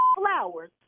flowers